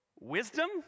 wisdom